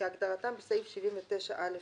כהגדרתם בסעיף 79א(ב)."